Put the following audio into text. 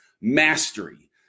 mastery